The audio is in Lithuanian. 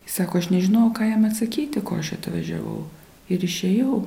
sako aš nežinojau ką jam atsakyti ko aš atvažiavau ir išėjau